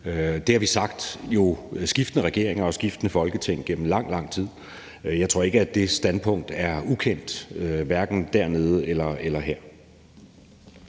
Det har vi jo sagt, skiftende regeringer og skiftende Folketing, gennem lang, lang tid. Jeg tror ikke, at det standpunkt er ukendt, hverken dernede eller her.